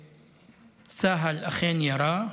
שצה"ל אכן ירה,